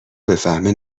بفهمه